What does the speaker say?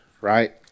right